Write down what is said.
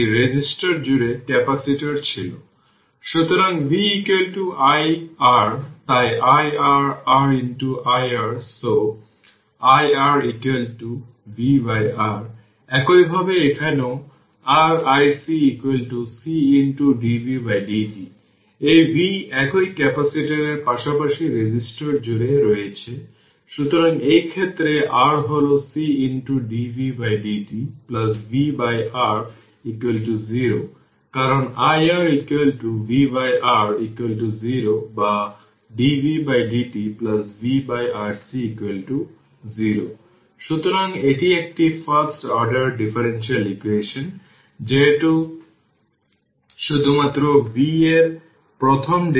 তাই যখন t 5 τ তখন এটি 1 শতাংশের কম হয় তাই এখানে 5 বার কনস্ট্যান্ট এর পরে ক্যাপাসিটর সম্পূর্ণরূপে ডিসচার্জ বা সম্পূর্ণভাবে চার্জ হলে অনুমান করার প্রথা